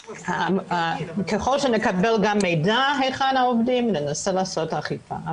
אבל ככל שנקבל גם מידע היכן העובדים ננסה לעשות אכיפה.